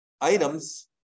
items